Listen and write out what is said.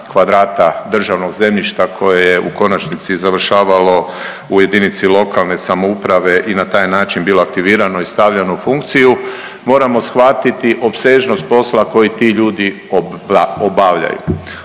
kvadrata državnog zemljišta koje je u konačnosti završavalo u jedinici lokalne samouprave i na taj način bilo aktivirano i stavljeno u funkciju, moramo shvatiti opsežnost posla koji ti ljudi obavljaju.